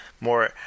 more